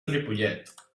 ripollet